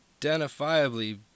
identifiably